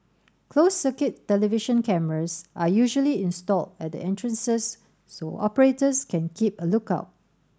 closed circuit television cameras are usually installed at the entrances so operators can keep a look out